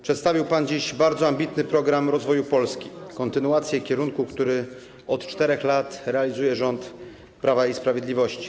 Przedstawił pan dziś bardzo ambitny program rozwoju Polski, kontynuację kierunku, który od 4 lat realizuje rząd Prawa i Sprawiedliwości.